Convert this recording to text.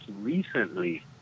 recently